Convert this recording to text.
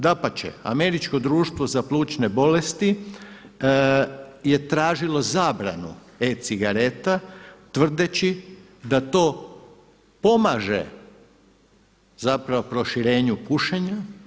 Dapače, Američko društvo za plućne bolesti je tražilo zabranu e-cigareta tvrdeći da to pomaže proširenju pušenja.